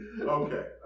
Okay